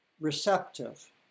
receptive